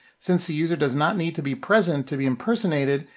since the user does not need to be present to be impersonated,